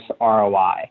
ROI